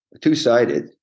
two-sided